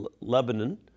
Lebanon